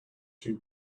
too